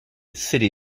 city